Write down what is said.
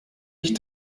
ich